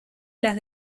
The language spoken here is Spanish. las